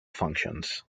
functions